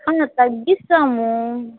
తగ్గిస్తాము